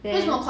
then